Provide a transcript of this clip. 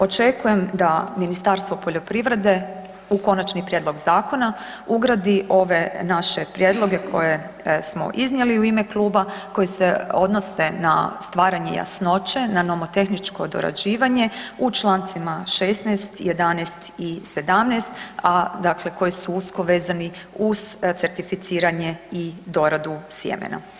Očekujem da Ministarstvo poljoprivrede u konačni prijedlog zakona ugradi ove naše prijedloge koje smo iznijeli u ime kluba, koji se odnose na stvaranje jasnoće, na nomotehničko dorađivanje u čl. 16, 11 i 17, a dakle, koji su usko vezani uz certificiranje i doradu sjemena.